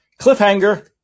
Cliffhanger